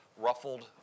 ruffled